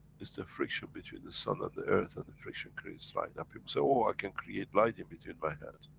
it's the friction between the sun and the earth and the friction creates light and people say, oh, i can create light in between my hand.